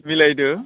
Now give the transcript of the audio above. मिलायदों